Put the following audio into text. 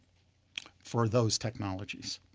for those technologies.